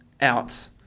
out